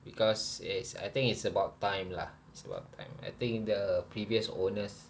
because it's I think it's about time lah it's about time I think the previous owners